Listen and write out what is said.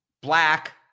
black